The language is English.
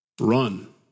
Run